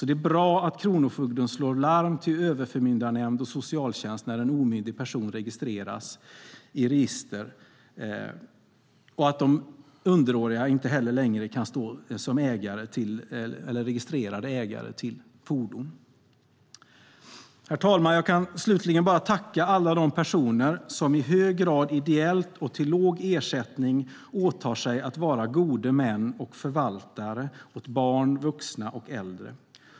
Det är bra att kronofogden slår larm till överförmyndarnämnd och socialtjänst när en omyndig person registreras och att underåriga inte längre kan stå som registrerade ägare till fordon. Herr talman! Jag kan slutligen bara tacka alla de personer som ideellt och med låg ersättning åtar sig att vara gode män och förvaltare åt barn, vuxna och äldre.